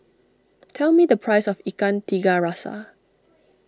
tell me the price of Ikan Tiga Rasa